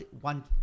one